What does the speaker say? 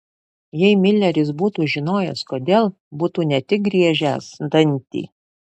jei mileris būtų žinojęs kodėl būtų ne tik griežęs dantį